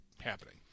happening